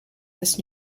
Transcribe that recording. this